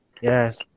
yes